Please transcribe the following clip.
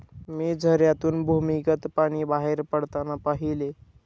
मी झऱ्यातून भूमिगत पाणी बाहेर पडताना पाहिले